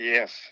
Yes